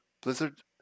blizzard